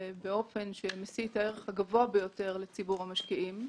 באופן שמשיא את הערך הגבוה ביותר לציבור המשקיעים,